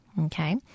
okay